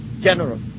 General